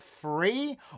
free